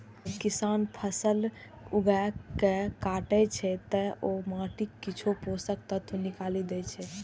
जब किसान फसल उगाके काटै छै, ते ओ माटिक किछु पोषक तत्व निकालि दै छै